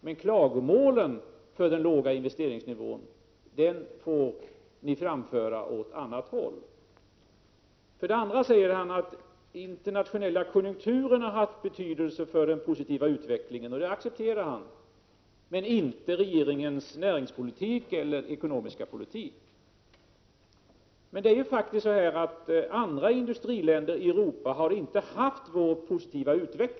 Men klagomålen på den låga investeringsnivån får ni framföra på annat håll. För det andra säger han att den internationella konjunkturen har haft betydelse för den positiva utvecklingen. Det accepterar han, men inte att regeringens näringspolitik eller ekonomiska politik skulle ha haft betydelse. Andra industriländer i Europa har faktiskt inte haft vår positiva utveckling. — Prot.